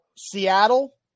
Seattle